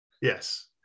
Yes